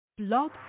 blog